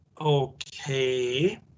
okay